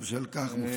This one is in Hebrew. ובשל כך מופנות,